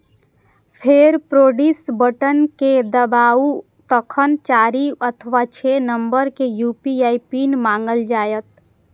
फेर proceed button कें दबाउ, तखन चारि अथवा छह नंबर के यू.पी.आई पिन मांगल जायत